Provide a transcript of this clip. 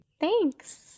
Thanks